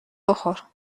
بخور